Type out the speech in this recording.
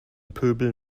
pöbel